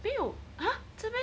没有 !huh! 是 meh